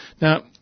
Now